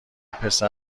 پسر